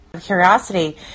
curiosity